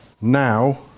now